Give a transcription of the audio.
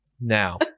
Now